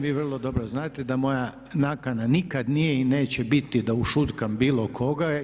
Vi vrlo dobro znate da moja nakana nikada nije i neće biti da ušutkam bilo koga.